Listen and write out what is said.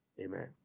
Amen